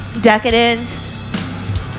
Decadence